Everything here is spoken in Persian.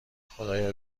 خدایا